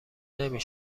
نمی